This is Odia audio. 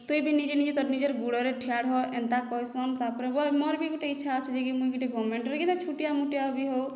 ତୁଇ ବି ନିଜେ ନିଜେ ତୋର ନିଜର୍ ଗୁଡ଼ରେ ଠିଆର୍ ହଁ ଏନ୍ତା କହିସନ୍ ତା ପରେ ମୋର ବି ଗୁଟେ ଇଚ୍ଛା ଅଛି ଯେ କି ମୁଇଁ ଗୁଟେ ଗଭର୍ନମେଣ୍ଟରେ ଛୋଟିଆ ମୋଟିଆ ବି ହେଉ